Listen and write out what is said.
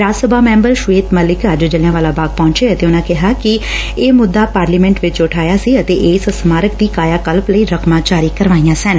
ਰਾਜ ਸਭਾ ਮੈਬਰੂ ਸ਼ਵੇਤ ਮਲਿਕ ਅੱਜ ਜਲਿਆ ਵਾਲਾ ਬਾਗ ਪਹੁੰਚੇ ਅਤੇ ਕਿਹਾ ਕਿ ਉਨਾਂ ਨੇ ਇਹ ਮੁੱਦਾ ਪਾਰਲੀਮੈਟ ਚ ਉਠਾਇਆ ਸੀ ਅਤੇ ਇਸ ਸਮਾਰਕ ਦੀ ਕਾਇਆ ਕਲੱਪ ਲਈ ਰਕਮਾਂ ਜਾਰੀ ਕਰਵਾਈਆਂ ਸਨ